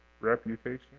reputation